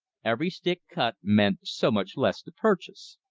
every stick cut meant so much less to purchase.